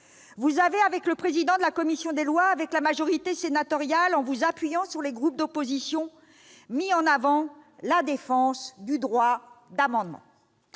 Vous avez, avec le président de la commission des lois, avec la majorité sénatoriale, en vous appuyant sur les groupes d'opposition, mis en avant la défense du droit d'amendement.